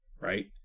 Right